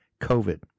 COVID